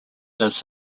lives